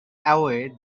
away